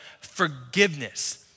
forgiveness